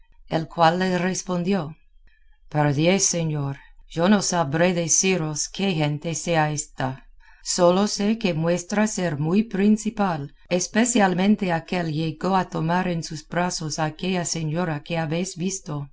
el cual le respondió pardiez señor yo no sabré deciros qué gente sea ésta sólo sé que muestra ser muy principal especialmente aquel que llegó a tomar en sus brazos a aquella señora que habéis visto